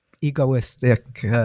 egoistic